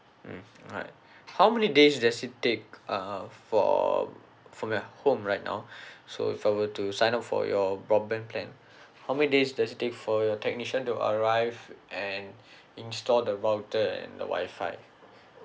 mm alright how many days does it take uh for from the home right now so if I were to sign up for your broadband plan how many days does it take for your technician to arrive and install the router and the wi-fi